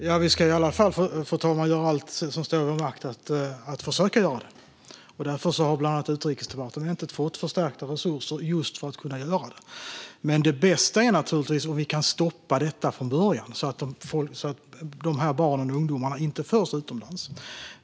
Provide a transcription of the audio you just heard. Fru talman! Ja, vi ska i alla fall göra allt som står i vår makt och försöka att göra det. Därför har bland annat Utrikesdepartementet fått förstärkta resurser just för att kunna göra detta. Men det bästa är naturligtvis om vi kan stoppa detta från början, så att dessa barn och ungdomar inte förs utomlands.